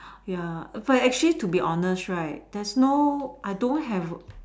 ya but actually to be honest right there's no I don't have